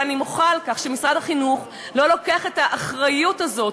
ואני מוחה על כך שמשרד החינוך לא לוקח את האחריות הזאת.